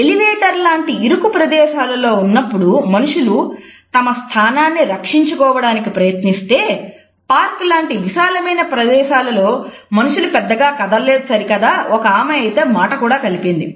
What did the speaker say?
elevator లాంటి విశాలమైన ప్రదేశాలలో మనుషులు పెద్దగా కదల్లేదు సరి కదా ఒక ఆమె అయితే మాట కూడా కలిపింది